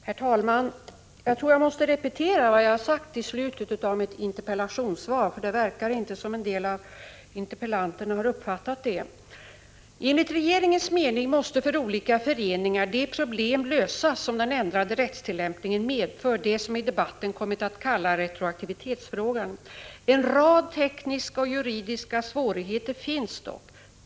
Herr talman! Jag tror att jag måste repetera vad jag har sagt i slutet av mitt interpellationssvar, för det verkar som om en del interpellanter inte har uppfattat det. ”Enligt regeringens mening måste för olika föreningar de problem lösas som den ändrade rättstillämpningen medför, det som i debatten kommit att kallas retroaktivitetsfrågan. En rad tekniska och juridiska svårigheter finns dock.